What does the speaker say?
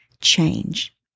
change